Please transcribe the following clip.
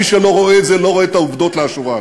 מי שלא רואה את זה לא רואה את העובדות לאשורן.